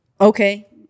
okay